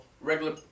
regular